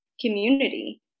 community